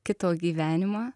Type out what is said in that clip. kito gyvenimą